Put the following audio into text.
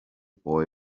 boy